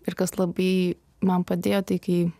ir kas labai man padėjo tai kai